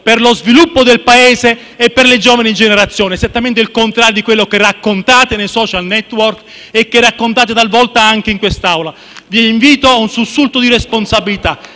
per lo sviluppo del Paese e per le giovani generazioni, esattamente il contrario di quello che raccontate nei *social network* e talvolta anche in quest'Aula. Vi invito a un sussulto di responsabilità: